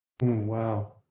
Wow